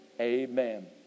Amen